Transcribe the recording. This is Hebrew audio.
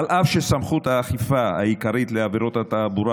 אף שסמכות האכיפה העיקרית בעבירות התעבורה